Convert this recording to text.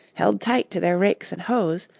held tight to their rakes and hoes,